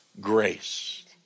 grace